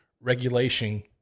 regulation